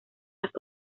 las